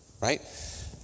right